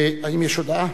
האם יש הודעה?